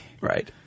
Right